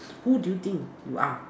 who do you think you are